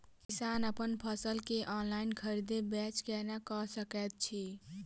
किसान अप्पन फसल केँ ऑनलाइन खरीदै बेच केना कऽ सकैत अछि?